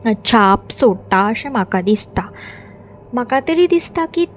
छाप सोडटा अशें म्हाका दिसता म्हाका तरी दिसता की